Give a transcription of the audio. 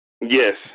Yes